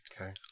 Okay